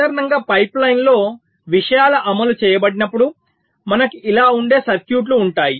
సాధారణంగా పైప్లైన్లో విషయాలు అమలు చేయబడినప్పుడు మనకు ఇలా ఉండే సర్క్యూట్లు ఉంటాయి